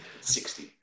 Sixty